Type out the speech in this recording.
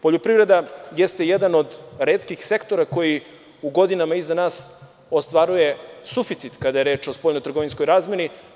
Poljoprivreda jeste jedan od retkih sektora koji u godinama iza nas ostvaruje suficit kada je reč o spoljno-trgovinskoj razmeni.